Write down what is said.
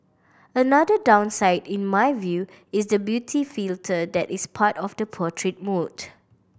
another downside in my view is the beauty filter that is part of the portrait mode